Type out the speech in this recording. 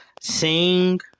Sing